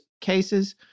cases